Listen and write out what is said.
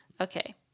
Okay